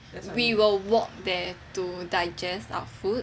we will walk there to digest our food